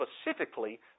specifically